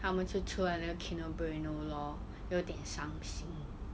他们就出来那个 Kinder Bueno lor 有点伤心